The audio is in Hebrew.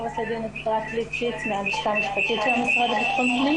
אני מהלשכה המשפטית של המשרד לביטחון פנים.